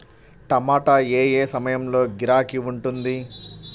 టమాటా ఏ ఏ సమయంలో గిరాకీ ఉంటుంది?